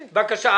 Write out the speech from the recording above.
בבקשה.